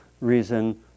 reason